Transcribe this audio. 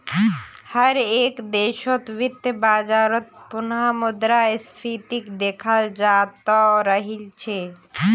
हर एक देशत वित्तीय बाजारत पुनः मुद्रा स्फीतीक देखाल जातअ राहिल छे